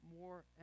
more